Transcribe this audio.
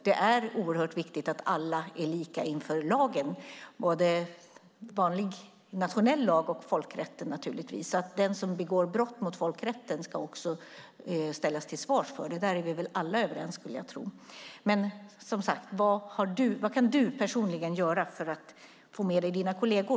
Det är oerhört viktigt att alla är lika inför lagen - både nationell lag och folkrätt. Den som begår brott mot folkrätten ska också ställas till svars. Det är vi nog alla överens om. Vad kan du personligen göra för att få med dig dina kolleger?